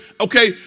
okay